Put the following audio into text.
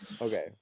Okay